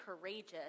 courageous